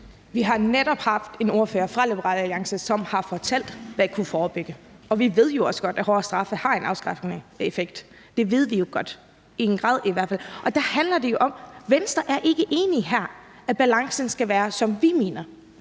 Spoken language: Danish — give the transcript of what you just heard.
Vi har netop haft en ordfører fra Liberal Alliance, som har fortalt, hvordan man kunne forebygge. Vi ved jo også godt, at hårde straffe har en afskrækkende effekt. Det ved vi jo godt. Det har de i hvert fald i en grad. Det handler jo om, at Venstre ikke er enige i, at balancen skal være, som vi mener,